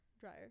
dryer